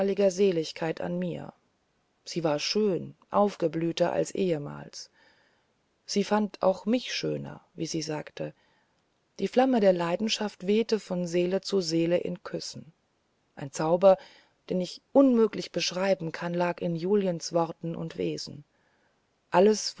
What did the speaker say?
seligkeit an mir sie war schöner aufgeblühter als ehemals sie fand auch mich schöner wie sie sagte die flamme der leidenschaft wehte von seele zu seele in küssen ein zauber den ich unmöglich beschreiben kann lag in juliens worten und wesen alles